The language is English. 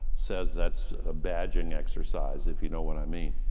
says that's a badging exercise, if you know what i mean.